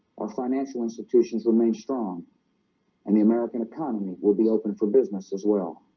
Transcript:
our financial institutions remain strong and the american economy will be open for business as well